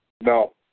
No